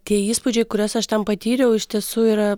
tie įspūdžiai kuriuos aš ten patyriau iš tiesų yra